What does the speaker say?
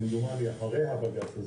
כמדומני אחרי הבג"ץ,